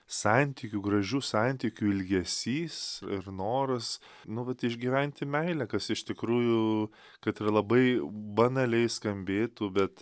santykių gražių santykių ilgesys ir noras nu vat išgyventi meilę kas iš tikrųjų kad ir labai banaliai skambėtų bet